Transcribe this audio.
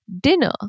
dinner